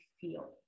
feel